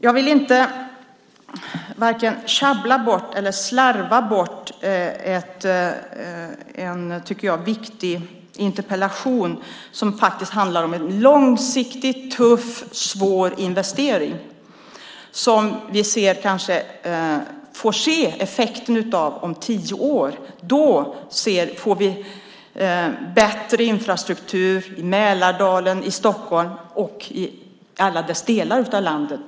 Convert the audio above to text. Jag vill inte sjabbla bort eller slarva bort en viktig interpellation, som faktiskt handlar om en långsiktig, tuff och svår investering. Vi får kanske se effekten om tio år. Då får vi bättre infrastruktur i Mälardalen, i Stockholm och i alla delar av landet.